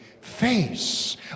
Face